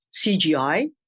CGI